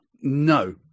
no